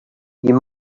you